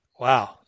Wow